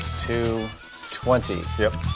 two twenty. yep.